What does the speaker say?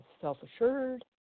self-assured